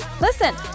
listen